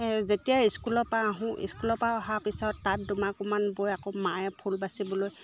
যেতিয়া স্কুলৰ পৰা আহোঁ স্কুলৰ পৰা অহাৰ পিছত তাঁত দুমাকোমান বৈ আকৌ মায়ে ফুল বাছিবলৈ